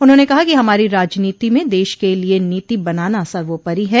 उन्होंने कहा कि हमारी राजनीति में देश के लिए नीति बनाना सवोपरि है